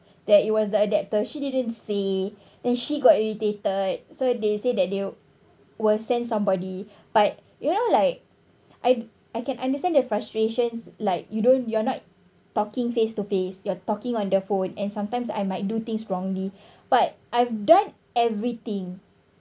that it was the adaptor she didn't say then she got irritated so they said that they will send somebody but you know like I I can understand their frustrations like you don't you're not talking face to face you're talking on the phone and sometimes I might do things wrongly but I've done everything